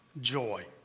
joy